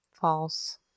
False